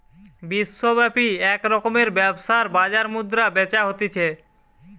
বিশ্বব্যাপী এক রকমের ব্যবসার বাজার মুদ্রা বেচা হতিছে